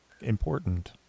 important